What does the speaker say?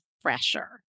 fresher